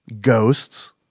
ghosts